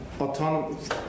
autonomous